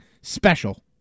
special